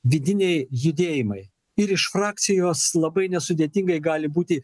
vidiniai judėjimai ir iš frakcijos labai nesudėtingai gali būti